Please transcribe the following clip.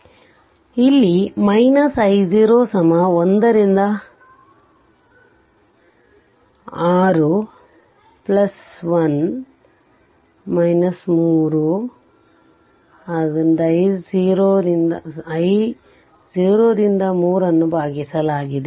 ಆದ್ದರಿಂದ ಇಲ್ಲಿ i0 1 ರಿಂದ 6 1 3 i0 ರಿಂದ 3 ಅನ್ನು ಭಾಗಿಸಲಾಗಿದೆ